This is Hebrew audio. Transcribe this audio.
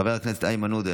חבר הכנסת איימן עודה,